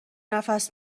نفس